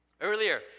Earlier